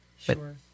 Sure